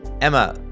Emma